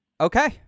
okay